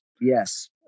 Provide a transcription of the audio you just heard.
Yes